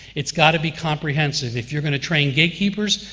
it's got to be comprehensive. if you're going to train gatekeepers,